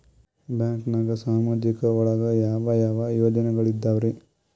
ಬ್ಯಾಂಕ್ನಾಗ ಸಾಮಾಜಿಕ ಒಳಗ ಯಾವ ಯಾವ ಯೋಜನೆಗಳಿದ್ದಾವ್ರಿ?